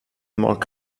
molt